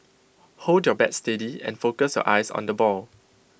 hold your bat steady and focus your eyes on the ball